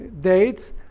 dates